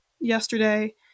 yesterday